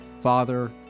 Father